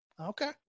Okay